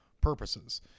purposes